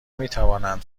میتوانند